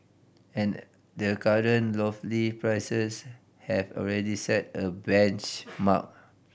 and the current lofty prices have already set a benchmark